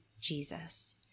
jesus